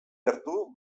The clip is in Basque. gertu